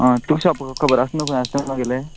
आं तुका शोप खबर आसा न्हू खंय आसा तें म्हागेलें